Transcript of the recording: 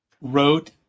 wrote